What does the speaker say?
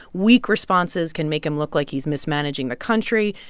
weak responses can make him look like he's mismanaging the country.